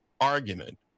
argument